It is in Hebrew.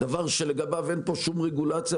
דבר שלגביו אין פה שום רגולציה,